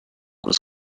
was